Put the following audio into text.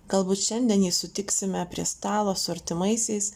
galbūt šiandien jį sutiksime prie stalo su artimaisiais